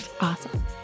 Awesome